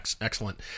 excellent